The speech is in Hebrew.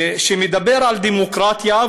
שמדבר על דמוקרטיה,